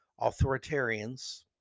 authoritarians